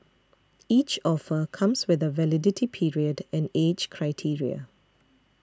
each offer comes with a validity period and age criteria